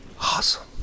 Awesome